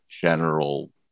general